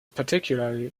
particularly